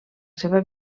seva